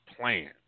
plan